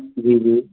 جی جی